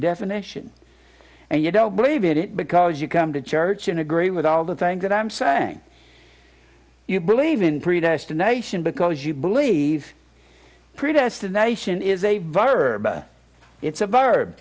definition and you don't believe it because you come to church and agree with all the things that i'm saying you believe in predestination because you believe predestination is a verb it's a